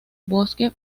bosque